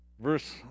verse